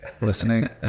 listening